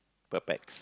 per pax